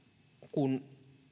kun